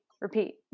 repeat